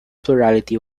plurality